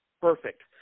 perfect